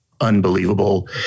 unbelievable